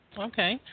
Okay